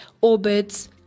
orbits